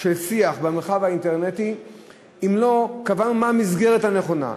של שיח במרחב האינטרנטי אם לא קבענו מה המסגרת הנכונה.